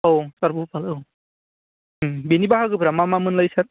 औ सार भुपालि औ बेनि बाहागोफ्रा मा मा मोनलाय सार